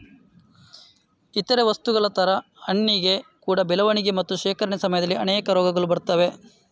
ಇತರೇ ವಸ್ತುಗಳ ತರ ಹಣ್ಣಿಗೆ ಕೂಡಾ ಬೆಳವಣಿಗೆ ಮತ್ತೆ ಶೇಖರಣೆ ಸಮಯದಲ್ಲಿ ಅನೇಕ ರೋಗಗಳು ಬರ್ತವೆ